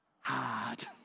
hard